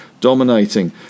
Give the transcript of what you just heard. dominating